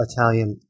Italian